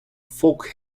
folk